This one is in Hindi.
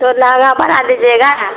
तो लहँगा बना दीजिएगा